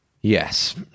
Yes